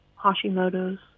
Hashimoto's